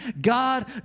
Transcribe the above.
God